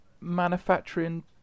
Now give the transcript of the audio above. manufacturing